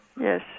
Yes